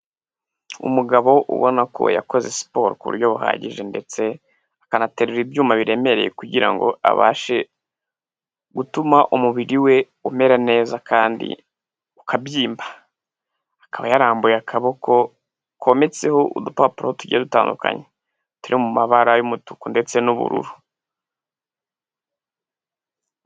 Umugabo ubona ko yakoze siporo ku buryo buhagije ndetse anaterura ibyuma biremereye kugira ngo abashe gutuma umubiri we umera neza kandi ukabyimba, akaba yarambuye akaboko kometseho udupapuro tugiye dutandukanye turi mu mabara y'umutuku ndetse n'ubururu.